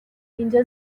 اینجا